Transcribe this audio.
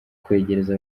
kwegereza